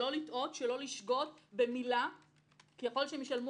שלא לשגות במילה כי יכול להיות שהם ישלמו